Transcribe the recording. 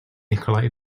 nikolai